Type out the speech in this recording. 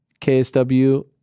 KSW